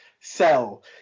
sell